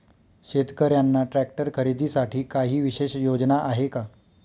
शेतकऱ्यांना ट्रॅक्टर खरीदीसाठी काही विशेष योजना आहे का?